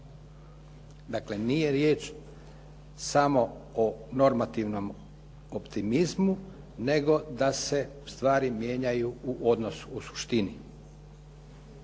Dakle, nije riječ samo o normativnom optimizmu, nego da se u stvari mijenjaju u odnos u suštini.